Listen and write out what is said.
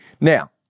now